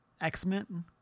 X-Men